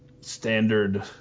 standard